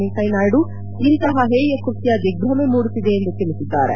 ವೆಂಕಯ್ಥನಾಯ್ಡು ಇಂತಪ ಹೇಯ ಕೃತ್ಯ ದಿಗ್ದಮೆ ಮೂಡಿಸಿದೆ ಎಂದು ತಿಳಿಸಿದ್ದಾರೆ